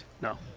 No